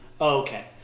Okay